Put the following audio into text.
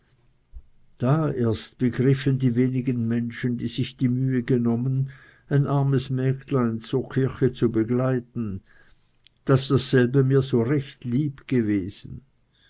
da erst begriffen die wenigen menschen die sich die mühe genommen ein armes mägdlein zur kirche zu begleiten daß dasselbe mir so recht lieb gewesen